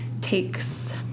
takes